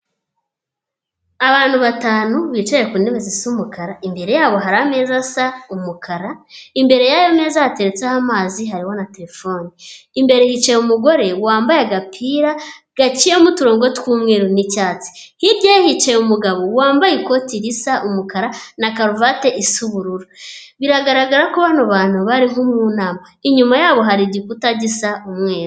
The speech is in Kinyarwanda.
Abantu batanu bicaye ku ntebe zisa umukara imbere yabo hari ameza asa umukara imbere yayo meza hateretseho amazi hariho na terefone, imbere hicaye umugore wambaye agapira gaciyemo uturongo tw'umweru n'icyatsi. Hirya ye hicaye umugabo wambaye ikoti risa umukara na karuvate isa ubururu, biragaragara ko bano bantu bari nko mu nama inyuma yabo hari igikuta gisa umweru.